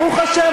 ברוך השם,